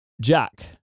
Jack